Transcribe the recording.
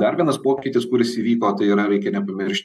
dar vienas pokytis kuris įvyko tai yra reikia nepamiršti